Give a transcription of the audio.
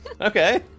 Okay